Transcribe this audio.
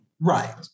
Right